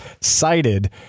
cited